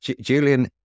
Julian